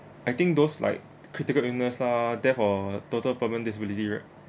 I think those like critical illness lah that for total permanent disability right